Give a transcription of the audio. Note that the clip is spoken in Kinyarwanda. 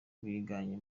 biganye